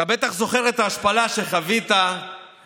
אתה בטח זוכר את ההשפלה שחווית אז